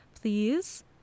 please